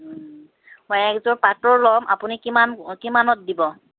মই একযোৰ পাটৰ ল'ম আপুনি কিমান কিমানত দিব